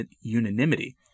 unanimity